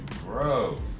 Gross